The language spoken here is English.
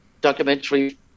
documentary